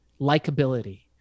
likability